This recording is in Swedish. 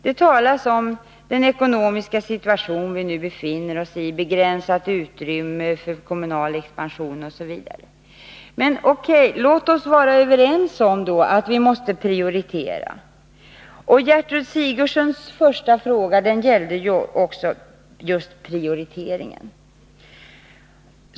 Det talas om den ekonomiska situation vi nu befinner oss i, om begränsat utrymme för kommunal expansion osv. O.K., låt oss då vara överens om att vi måste prioritera. Gertrud Sigurdsens första fråga gällde också just prioriteringen.